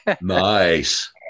Nice